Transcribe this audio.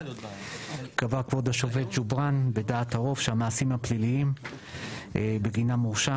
קבע כבוד השופט ג'ובראן בדעת הרוב שהמעשים הפליליים בגינם הורשע